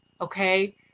Okay